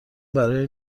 برای